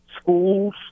schools